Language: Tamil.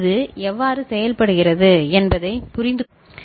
இது எவ்வாறு செயல்படுகிறது என்பதை நீங்கள் புரிந்துகொள்கிறீர்கள்